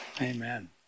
Amen